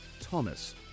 Thomas